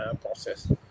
process